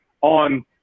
on